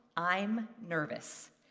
i'm nervous.